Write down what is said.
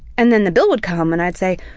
and then the bill would come and i'd say